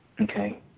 Okay